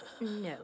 No